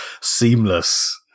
Seamless